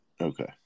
Okay